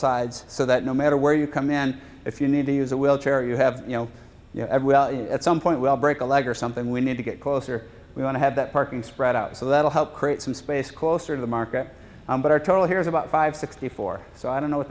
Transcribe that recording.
sides so that no matter where you come in if you need to use a wheelchair you have you know at some point we'll break a leg or something we need to get closer we want to have that parking spread out so that'll help create some space closer to the market but our total here is about five sixty four so i don't know what